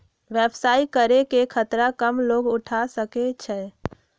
व्यवसाय करे के खतरा कम लोग उठा सकै छै